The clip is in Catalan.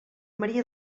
maria